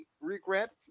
regret